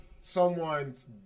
someone's